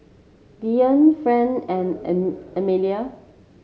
Daryle Franz and an Amalie